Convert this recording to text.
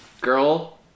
Girl